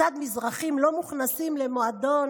כיצד מזרחים לא מוכנסים למועדון